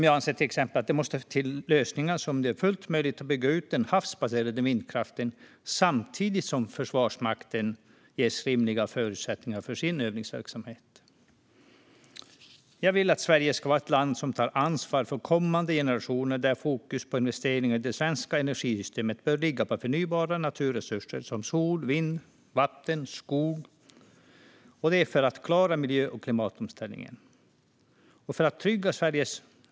Jag anser till exempel att det måste till lösningar som gör det fullt möjligt att bygga ut den havsbaserade vindkraften samtidigt som Försvarsmakten ges rimliga förutsättningar för sin övningsverksamhet. Jag vill att Sverige ska vara ett land som tar ansvar för kommande generationer, där fokus på investeringar i det svenska energisystemet bör ligga på förnybara naturresurser som sol, vind, vatten och skog. Det är för att klara miljö och klimatomställningen.